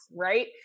right